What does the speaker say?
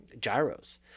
gyros